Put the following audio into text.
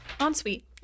Ensuite